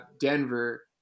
Denver